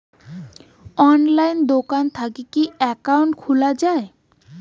অনলাইনে দোকান থাকি কি একাউন্ট খুলা যায়?